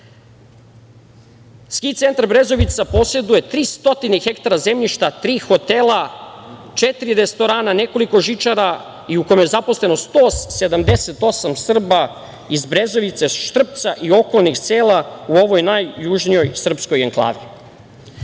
Ski centar Brezovica poseduje 300 hektara zemljišta, tri hotela, četiri restorana, nekoliko žičara, u kome je zaposleno 178 Srba iz Brezovice, Štrpca i okolnih sela u ovoj najjužnijoj srpskoj enklavi.